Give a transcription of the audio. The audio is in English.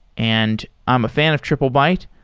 and i'm a fan of triplebyte.